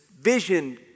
vision